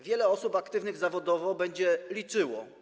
Wiele osób aktywnych zawodowo będzie liczyło.